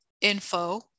info